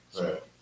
Right